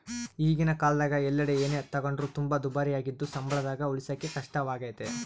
ಈಗಿನ ಕಾಲದಗ ಎಲ್ಲೆಡೆ ಏನೇ ತಗೊಂಡ್ರು ತುಂಬಾ ದುಬಾರಿಯಾಗಿದ್ದು ಸಂಬಳದಾಗ ಉಳಿಸಕೇ ಕಷ್ಟವಾಗೈತೆ